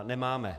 Nemáme.